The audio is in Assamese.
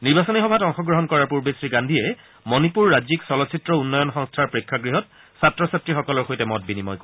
নিৰ্বাচনী সভাত অংশগ্ৰহণ কৰাৰ পূৰ্বে শ্ৰীগান্ধীয়ে মণিপুৰ ৰাজ্যিক চলচ্চিত্ৰ উন্নয়ন সংস্থাৰ প্ৰেক্ষাগৃহত ছাত্ৰ ছাত্ৰীৰ সৈতে মত বিনিময় কৰিব